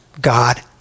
God